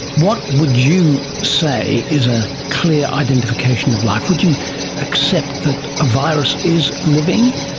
what would you say is a clear identification of life? would you accept that a virus is living?